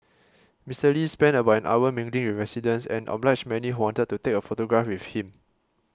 Mister Lee spent about an hour mingling with residents and obliged many who wanted to take a photograph with him